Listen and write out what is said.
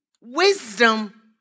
Wisdom